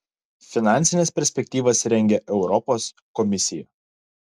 finansines perspektyvas rengia europos komisija